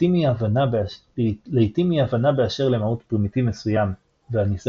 לעיתים אי-הבנה באשר למהות פרימיטיב מסוים והניסיון